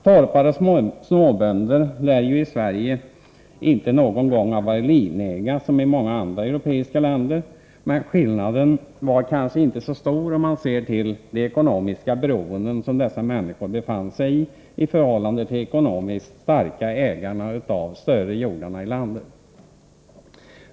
Torpare och småbönder i Sverige lär ju inte någon gång ha varit livegna, somi många andra europeiska länder, men skillnaden var kanske inte så stor, om man ser till de ekonomiska beroenden som dessa människor levde under i förhållande till de ekonomiskt starka ägarna av de större jordarna i landet.